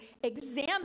examine